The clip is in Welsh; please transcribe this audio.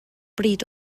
bryd